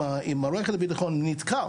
אם מערכת הבטחון נתקלה